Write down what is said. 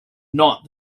not